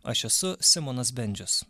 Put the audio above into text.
aš esu simonas bendžius